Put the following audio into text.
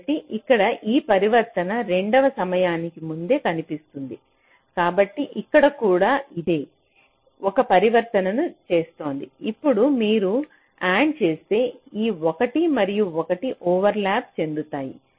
కాబట్టి ఇక్కడ ఈ పరివర్తనం 2 వ సమయానికి ముందే కనిపిస్తుంది కాబట్టి ఇక్కడ కూడా ఇది ఒక పరివర్తనను చేస్తోంది ఇప్పుడు మీరు AND చేస్తే ఈ 1 మరియు 1 ఓవర్ల్యాప్ చెందుతాయి